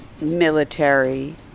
military